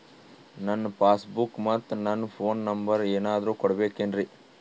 ನನ್ನ pass book ಮತ್ ನನ್ನ ಫೋನ್ ನಂಬರ್ ಏನಾದ್ರು ಕೊಡಬೇಕೆನ್ರಿ?